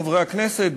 חברי הכנסת,